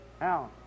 Now